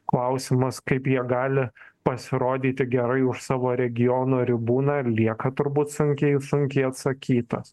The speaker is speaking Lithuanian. klausimas kaip jie gali pasirodyti gerai už savo regiono ribų na ir lieka turbūt sunkiai sunkiai atsakytas